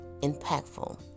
impactful